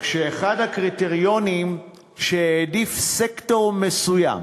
כשאחד הקריטריונים שהעדיף סקטור מסוים,